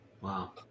Wow